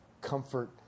comfort